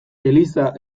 eliza